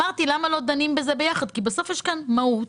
שאלתי למה לא דנים בזה יחד, כי בסוף יש פה מהות,